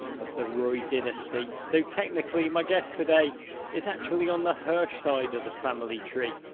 of the roy dynasty. though technically, my guest today is actually on the hirsch side of the family tree.